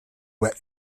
whet